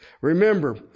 Remember